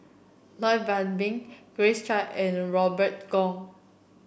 Lloyd Valberg Grace Chia and Robert Goh